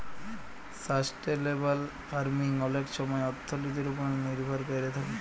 sustainable farming অলেক ছময় অথ্থলিতির উপর লির্ভর ক্যইরে থ্যাকে